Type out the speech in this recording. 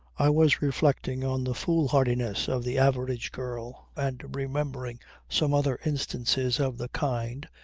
i was reflecting on the foolhardiness of the average girl and remembering some other instances of the kind,